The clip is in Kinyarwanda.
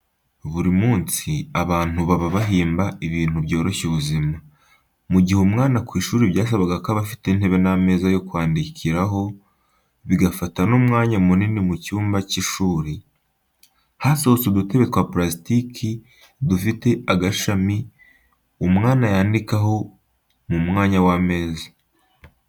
Buri munsi abantu baba bahimba ibintu byoroshya ubuzima. Mu gihe umwana ku ishuri byasabaga ko aba afite intebe n'ameza yo kwandikiraho, bigafata n'umwanya munini mu cyumba cy'ishuri, hasohotse udutebe twa purasitiki dufite agashami umwana yandikiraho mu mwanya w'ameza.